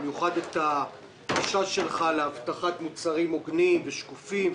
במיוחד את החשש שלך להבטחת מוצרים הוגנים ושקופים,